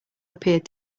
appeared